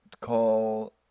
call